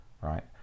right